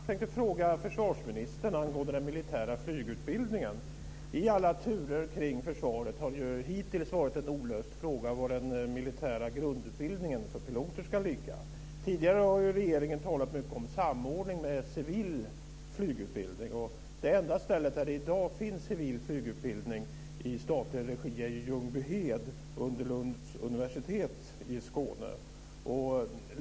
Herr talman! Jag tänkte fråga försvarsministern om den militära flygutbildningen. I alla turer kring försvaret har det ju hittills varit en olöst fråga var den militära grundutbildningen för piloter ska ligga. Tidigare har regeringen talat mycket om samordning med civil flygutbildning. Det enda ställe där det i dag finns civil flygutbildning i statlig regi är ju Ljungbyhed under Lunds universitet i Skåne.